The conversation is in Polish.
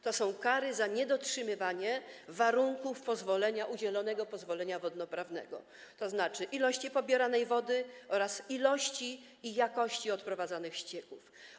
To są kary za niedotrzymywanie warunków udzielonego pozwolenia wodnoprawnego, tzn. ilości pobieranej wody oraz ilości i jakości odprowadzanych ścieków.